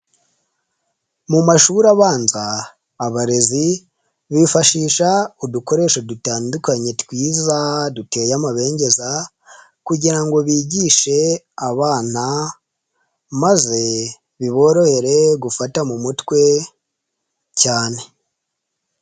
Mu mashuri abanza abarezi, bifashisha udukoresho dutandukanye twiza duteye amabengeza kugira ngo bigishe abana, maze biborohere gufata mu mutwe cyane.